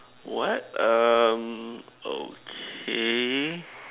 what um okay